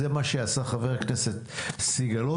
זה מה שעשה חבר הכנסת סגלוביץ'.